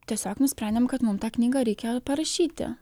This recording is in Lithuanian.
tiesiog nusprendėm kad mum tą knygą reikia parašyti